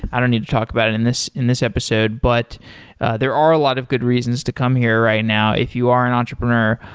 i don't need to talk about it in this in this episode, but there are a lot of good reasons to come here right now if you are an entrepreneur.